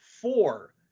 four